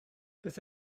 beth